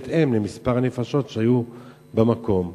לפחות שתהיה אפשרות לעדכן את זה בהתאם למספר הנפשות שהיו במקום.